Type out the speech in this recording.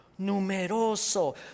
numeroso